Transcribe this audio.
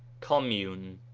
commune